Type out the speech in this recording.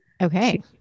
okay